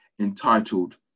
entitled